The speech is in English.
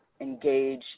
engage